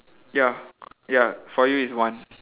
ya c~ ya for you is one